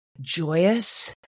joyous